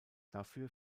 dafür